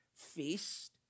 feast